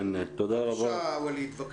אל"ף אני